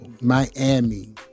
Miami